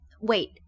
Wait